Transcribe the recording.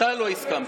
אתה לא הסכמת.